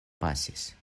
pasis